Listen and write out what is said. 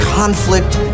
conflict